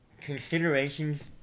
Considerations